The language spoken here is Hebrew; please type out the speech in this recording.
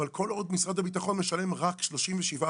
אבל כל עוד משרד הביטחון משלם רק 37.5%,